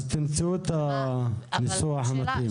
אז תמצאו את הניסוח המתאים.